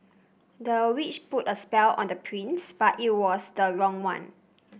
the witch put a spell on the prince but it was the wrong one